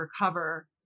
recover